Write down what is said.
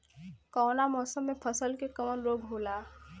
कवना मौसम मे फसल के कवन रोग होला?